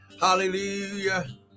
Hallelujah